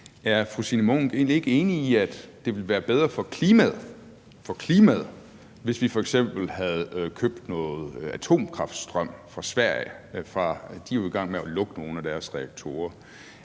Er fru Signe Munk egentlig ikke enig i, at det ville være bedre for klimaet – for klimaet – hvis vi f.eks. havde købt noget atomkraftstrøm fra Sverige? De er jo i gang med at lukke nogle af deres reaktorer.